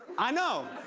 i know,